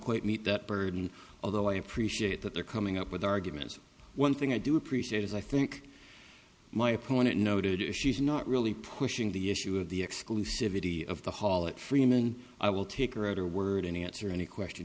quite meet that burden although i appreciate that they're coming up with arguments one thing i do appreciate is i think my opponent noted issues not really pushing the issue of the exclusivity of the hall it freeman i will take her at her word any answer any question